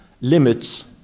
limits